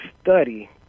study